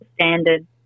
standard